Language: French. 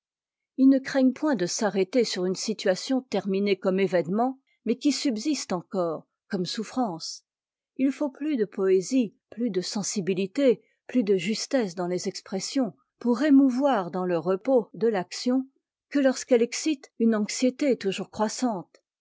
ils ne craignent point de s'arrêter sur une situation terminée comme événement mais qui subsiste encore comme souffrance i faut plus de poésie plus de sensibilité plus de justesse dans les expressions pour émouvoir dans le repos de l'action que lorsqu'elle excite une anxiété toujours croissante